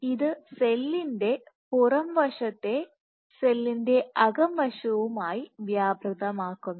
ഇത് സെല്ലിന്റെ പുറം വശത്തെ സെല്ലിന്റെ അകം വശവുമായി വ്യാപൃതമാക്കുന്നു